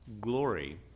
glory